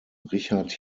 richard